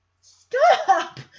Stop